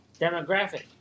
demographic